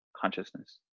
consciousness